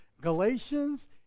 Galatians